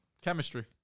Chemistry